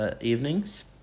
evenings